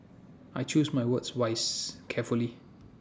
I choose my words wise carefully